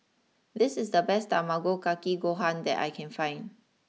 this is the best Tamago Kake Gohan that I can find